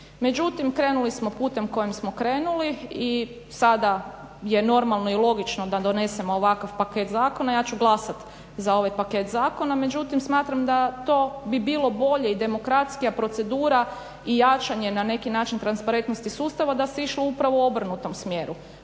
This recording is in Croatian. Međutim, krenuli smo putem kojim smo krenuli i sada je normalno i logično da donesemo ovakav paket zakona i ja ću glasati za ovaj paket zakona. Međutim, smatram da to bi bilo bolje i demokratskija procedura i jačanje na neki način transparentnosti sustava da se išlo upravo u obrnutom smjeru.